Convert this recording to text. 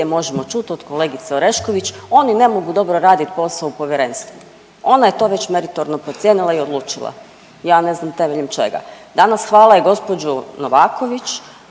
može čuti od kolegice Orešković, oni ne mogu dobro raditi posao u povjerenstvu. Ona je to već meritorno procijenila i odlučila, ja ne znam temeljem čega. Danas hvale i gospođu Novaković,